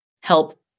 help